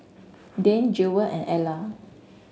Dane Jewel and Alla